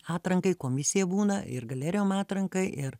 atrankai komisija būna ir galerijom atrankai ir